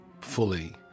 fully